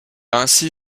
ainsi